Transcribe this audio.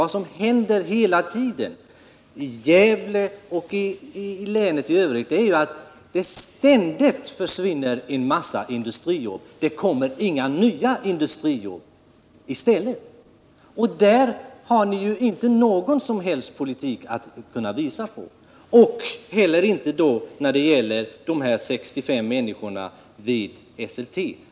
Vad som händer hela tiden — i Gävle och i länet i övrigt — är att det ständigt försvinner en massa industrijobb. Det kommer inga nya industrijobb i stället. Där har ni inte någon som helst politik att visa på. Och inte heller när det gäller de 65 människorna vid Esselte.